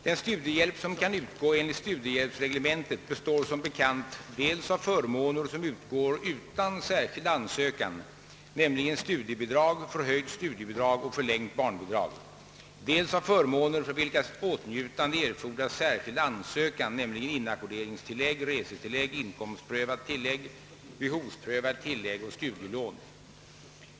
Den studiehjälp som kan utgå enligt studiehjälpsreglementet består som bekant dels av förmåner som utgår utan särskild ansökan, nämligen studiebidrag, förhöjt studiebidrag och förlängt barnbidrag, dels av förmåner för vilkas åtnjutande erfordras särskild ansökan, nämligen inackorderingstillägg, resetilllägg, inkomstprövat tillägg, behovsprövat tillägg och studielån.